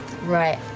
Right